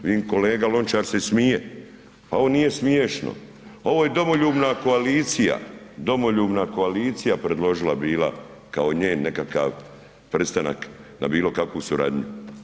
Vidim kolega Lonačr se i smije a ovo nije smješno, ovo je domoljubna koalicija, domoljubna koalicija predložila bila kao njen nekakav prestanak na bilo kakvu suradnju.